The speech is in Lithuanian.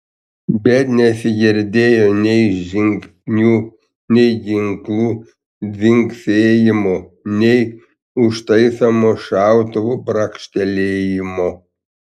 bet nesigirdėjo nei žingsnių nei ginklų dzingsėjimo nei užtaisomo šautuvo brakštelėjimo